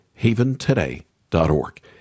Haventoday.org